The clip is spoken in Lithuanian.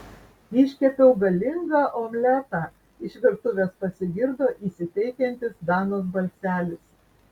iškepiau galingą omletą iš virtuvės pasigirdo įsiteikiantis danos balselis